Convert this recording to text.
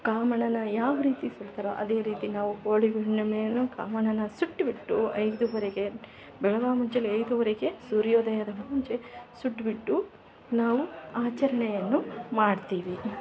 ಕಾಮಣ್ಣನ್ನ ಯಾವ ರೀತಿ ಸುಡ್ತಾರೋ ಅದೇ ರೀತಿ ನಾವು ಹೋಳಿ ಹುಣ್ಣಿಮೆಯನ್ನು ಕಾಮಣ್ಣನ್ನ ಸುಟ್ಟು ಬಿಟ್ಟು ಐದುವರೆಗೆ ಬೆಳಗ್ಗೆ ಮುಂಜಾಲೆ ಐದುವರೆಗೆ ಸೂರ್ಯೋದಯದ ಮುಂಚೆ ಸುಟ್ಟು ಬಿಟ್ಟು ನಾವು ಆಚರಣೆಯನ್ನು ಮಾಡ್ತೀವಿ